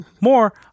More